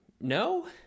No